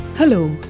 Hello